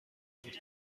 بود